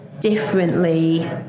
differently